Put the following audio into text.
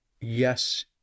yes